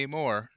more